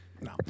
No